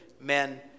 men